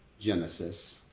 Genesis